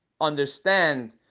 understand